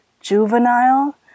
juvenile